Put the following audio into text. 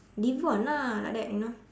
devon lah like that you know